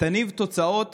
יניב תוצאות